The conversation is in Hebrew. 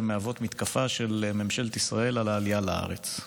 מהוות מתקפה של ממשלת ישראל על העלייה לארץ.